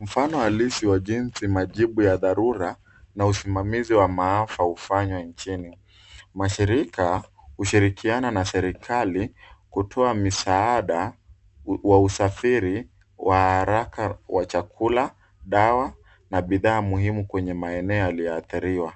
Mfano halisi wa jinsi majibu ya dharura na usimamizi wa maafa hufanywa nchini. Mashirika hushirikiana na serikali kutoa misaada wa usafiri, wa haraka wa chakula, dawa na bidhaa muhimu kwenye maeneo yaliathiriwa.